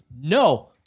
No